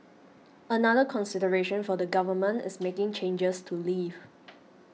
another consideration for the Government is making changes to leave